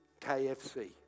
KFC